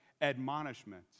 admonishment